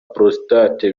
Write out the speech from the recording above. prostate